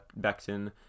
Becton